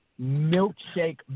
milkshake